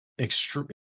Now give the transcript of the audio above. extreme